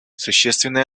существенные